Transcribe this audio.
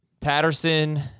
Patterson